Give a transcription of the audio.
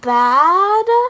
bad